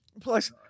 Plus